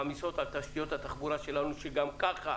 מעמיסות על תשתיות התחבורה שלנו, שגם ככה